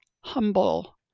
humble